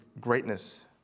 greatness